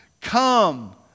Come